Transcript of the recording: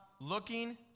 looking